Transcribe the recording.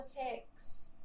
politics